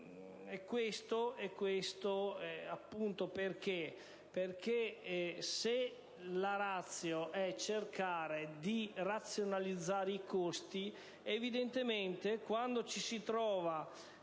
giorno G1, perché se la *ratio* è cercare di razionalizzare i costi, evidentemente, quando ci si trova